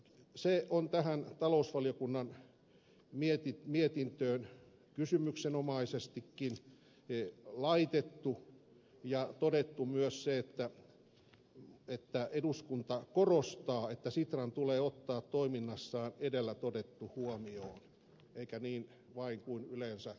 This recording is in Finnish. se on tähän talousvaliokunnan mietintöön kysymyksenomaisestikin laitettu ja todettu myös se että eduskunta korostaa että sitran tulee ottaa toiminnassaan edellä todettu huomioon eikä niin vain kuin yleensä todetaan